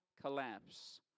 collapse